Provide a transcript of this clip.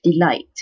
delight